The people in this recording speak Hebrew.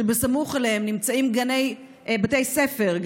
וסמוך אליהם נמצאים בתי ספר,